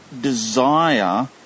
desire